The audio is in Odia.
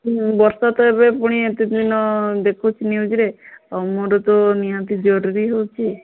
ବର୍ଷା ତ ଏବେ ପୁଣି ଏତେଦିନ ଦେଖଉଛି ନ୍ୟୁଜ୍ରେ ଆଉ ମୋର ତ ନିହାତି ଜରୁରୀ ହେଉଛି